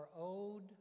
owed